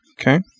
Okay